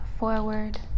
forward